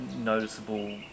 noticeable